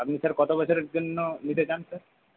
আপনি স্যার কতো বছরের জন্য নিতে চান স্যার